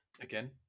Again